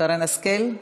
שרן השכל,